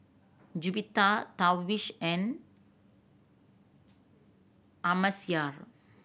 Juwita Darwish and Amsyar